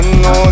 no